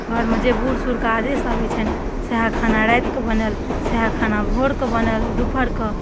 घरमे जे बूढ़ सूढ़के आदेश अबय छनि सएह खाना रातिकऽ बनल सएह खाना भोर कऽ बनल दुपहर कऽ